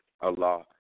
Allah